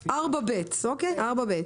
(4ב),